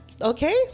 okay